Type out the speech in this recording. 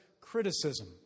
criticism